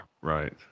right